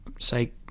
say